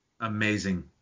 Amazing